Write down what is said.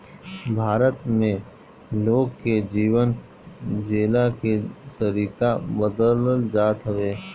भारत में लोग के जीवन जियला के तरीका बदलत जात हवे